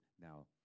Now